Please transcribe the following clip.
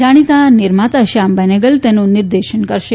જાકીતા નિર્માતા શ્યામ બેનેગલ તેનું નિર્દેશન કરશે